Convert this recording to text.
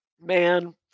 Man